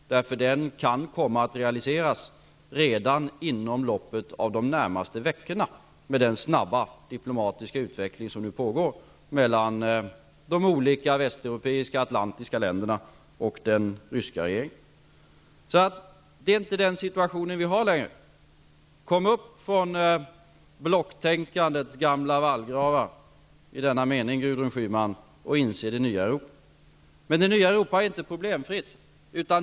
Den kan komma att realiseras redan inom loppet av de närmaste veckorna, med den snabba diplomatiska utveckling som nu pågår mellan de olika västeuropeiska, atlantiska länderna och den ryska regeringen. Situationen har förändrats. Kom upp från blocktänkandets gamla vallgravar i denna mening, Gudrun Schyman, och inse hur det nya Europa ser ut. Men det nya Europa är inte problemfritt.